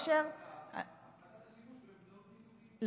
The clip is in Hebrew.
הפחתת השימוש באמצעות ניתוקים.